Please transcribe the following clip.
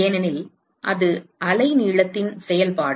ஏனெனில் அது அலைநீளத்தின் செயல்பாடு